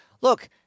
Look